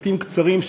במשפטים קצרים,